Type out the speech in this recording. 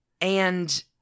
And-